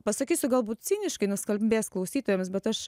pasakysiu galbūt ciniškai nuskambės klausytojams bet aš